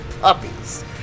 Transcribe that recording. puppies